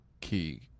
key